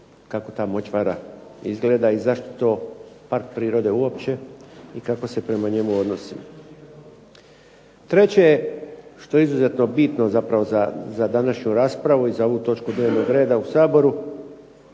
kako ta močvara izgleda i zašto je to park prirode uopće i kako se prema njemu odnosimo. Treće je što je izuzetno bitno zapravo za današnju raspravu i za ovu točku dnevnog reda u Saboru